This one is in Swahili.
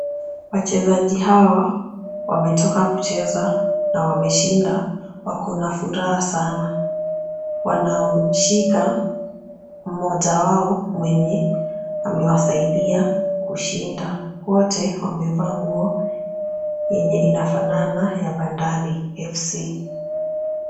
Wachezaji hawa wametoka kucheza na wameshinda. Wako na furaha sana. Wanamshika mmoja wao mwenye amewasaidia kushinda. Wote wamevaa nguo yenye inafanana ya Bandali FC.